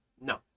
No